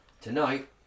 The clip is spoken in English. Tonight